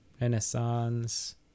Renaissance